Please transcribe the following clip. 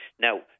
Now